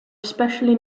especially